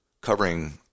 covering